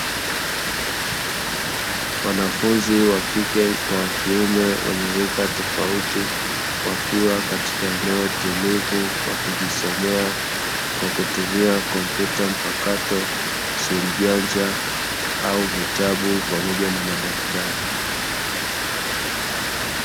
Wanafunzi wa kike kwa wakiume wenye rika tofauti, wakiwa katika eneo tulivu wakijisomea kwa kutumia kompyuta mpakato, simu janja au vitabu pamoja na madaftari.